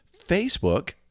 Facebook